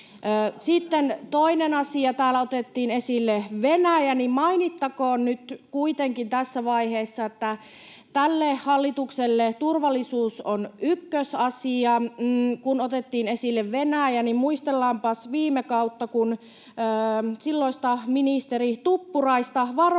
Sitten toinen asia. Täällä otettiin esille Venäjä, niin mainittakoon nyt kuitenkin tässä vaiheessa, että tälle hallitukselle turvallisuus on ykkösasia. Kun otettiin esille Venäjä, niin muistellaanpas viime kautta, kun silloista ministeri Tuppuraista varoitettiin